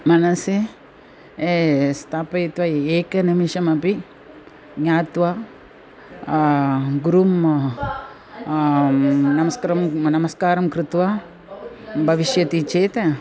मनसि स्थापयित्वा एकनिमिषमपि ज्ञात्वा गुरुं नमस्क्रं नमस्कारं कृत्वा भविष्यति चेत्